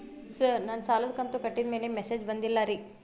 sir ನನ್ನ ಸಾಲದ ಕಂತು ಕಟ್ಟಿದಮೇಲೆ ಮೆಸೇಜ್ ಬಂದಿಲ್ಲ ರೇ